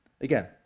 Again